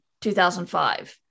2005